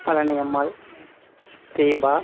Palaniammal Deepa